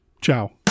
Ciao